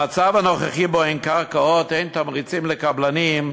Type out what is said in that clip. במצב הנוכחי אין קרקעות, אין תמריצים לקבלנים,